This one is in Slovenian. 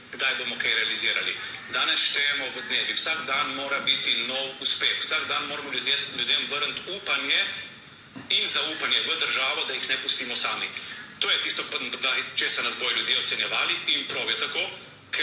kdaj bomo kaj realizirali. Danes štejemo v dnevih. Vsak dan mora biti nov uspeh, vsak dan moramo ljudje ljudem vrniti upanje in zaupanje v državo, da jih ne pustimo sami. To je tisto, na podlagi česar nas bodo ljudje ocenjevali in prav je tako,